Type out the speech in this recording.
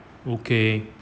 okay